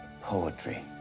Poetry